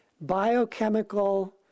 biochemical